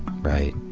right.